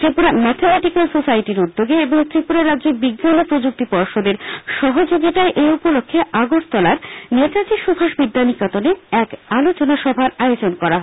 Tripura mathematical সোসাইটির উদ্যোগে এবং ত্রিপুরা রাজ্য বিজ্ঞান ও প্রযুক্তি পর্ষদের সহযোগিতায় এই উপলক্ষে আগরতলা নেতাজি সুভাষ বিদ্যানিকেতনে এক আলোচনা সভার আয়োজন করা হয়